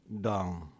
down